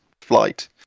flight